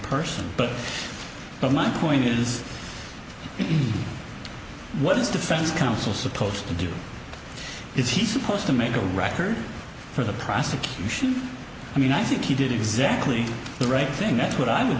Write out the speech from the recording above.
person but a month point is what his defense counsel supposed to do is he supposed to make a record for the prosecution i mean i think he did exactly the right thing that's what i would